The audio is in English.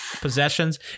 possessions